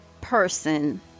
person